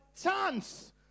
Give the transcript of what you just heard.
chance